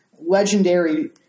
legendary